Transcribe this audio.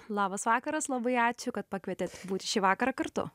labas vakaras labai ačiū kad pakvietėt būt šį vakarą kartu